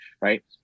right